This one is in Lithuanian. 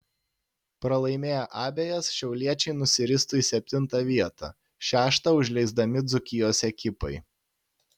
pralaimėję abejas šiauliečiai nusiristų į septintą vietą šeštą užleisdami dzūkijos ekipai